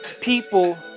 people